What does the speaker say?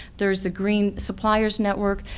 there's the green suppliers network,